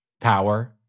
power